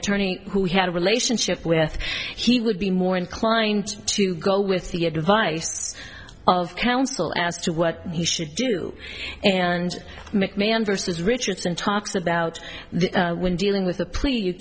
attorney who had a relationship with he would be more inclined to go with the advice of counsel as to what he should do and mcmahon versus richardson talks about when dealing with the plea